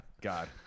God